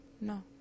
no